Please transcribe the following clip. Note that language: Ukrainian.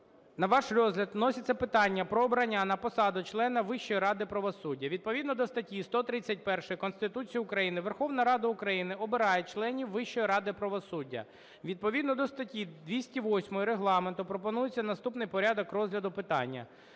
На ваш розгляд вноситься питання про обрання на посаду члена Вищої ради правосуддя. Відповідно до статті 131 Конституції України Верховна Рада України обирає членів Вищої ради правосуддя. Відповідно до статті 208 Регламенту, пропонується наступний порядок розгляду питання.